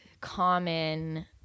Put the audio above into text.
common